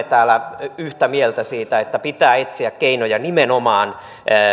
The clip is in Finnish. täällä yhtä mieltä siitä että pitää etsiä keinoja nimenomaan